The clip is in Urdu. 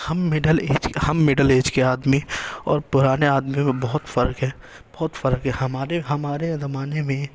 ہم مڈل ایج ہم مڈل ایج کے آدمی اور پرانے آدمیوں میں بہت فرق ہے بہت فرق ہے ہمارے ہمارے زمانے میں